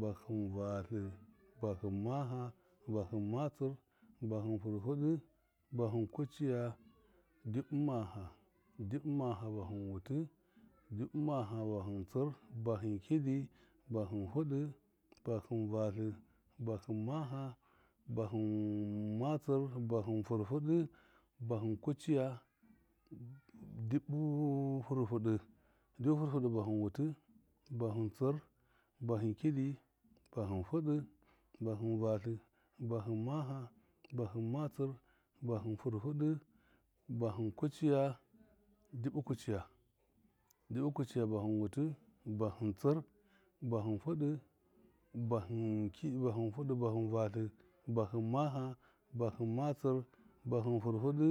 Bahɨn vatlɨ, bahɨn maha, bahɨn matsir, bahɨn firfɨ dɨ, bahɨn kuciya, dibi maha, dibi maha bahɨn wuti, dibi maha bahɨn sir bahɨn kidi, bahɨn fidɨ vahɨn vatlɨ, bahɨnnn maha, bahɨn matsir, bahɨn firfɨ dɨ, bahɨn kuciya, dibi firfṫdɨ dibi firfɨdɨ, bahɨn wutɨ. bahɨn stir, bahɨn kidi, bahɨn firdɨ, bahɨn vatlɨ, bahɨn maha, bahɨn matsir, bahɨn firfɨdɨ, bahɨn kuciya, dibi kuciya dibɨ kuciya, bahɨn wutɨ, bahɨn tsir, bahɨn firdɨ, bahɨn ki- bahɨn fidɨ bahɨn vatlɨ, bahɨn maha, bahɨn matsir, bahɨn firfɨdɨ,